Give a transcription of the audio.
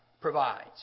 provides